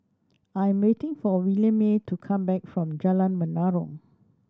I am waiting for Williemae to come back from Jalan Menarong